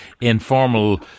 informal